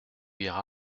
iras